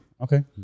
Okay